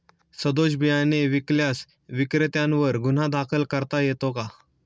सदोष बियाणे विकल्यास विक्रेत्यांवर गुन्हा दाखल करता येतो का?